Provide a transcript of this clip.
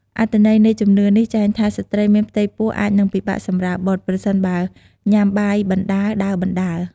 អត្ថន័យនៃជំនឿនេះចែងថា ស្ត្រីមានផ្ទៃពោះអាចនឹងពិបាកសម្រាលបុត្រ ប្រសិនបើគាត់ញ៉ាំបណ្តើរដើរបណ្តើរ។